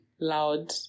loud